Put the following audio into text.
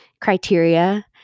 criteria